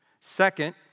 Second